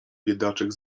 biedaczek